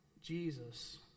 Jesus